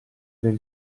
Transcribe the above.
del